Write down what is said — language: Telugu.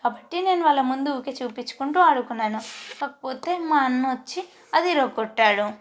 కాబట్టి నేను వాళ్ళ ముందు ఊరికే చూపించుకుంటూ ఆడుకున్నాను కాకపోతే మా అన్న వచ్చి అది విరగొట్టాడు